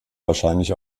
wahrscheinlich